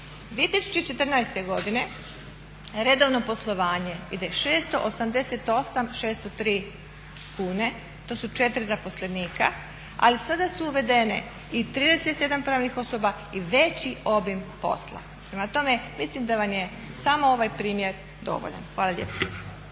2014.godine redovno poslovanje ide 688.603 kune, to su četiri zaposlenika, ali sada su uvedene i 37 pravnih osoba i veći obim posla. Prema tome mislim da vam je samo ovaj primjer dovoljan. Hvala lijepo.